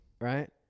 Right